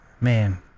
Man